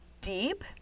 deep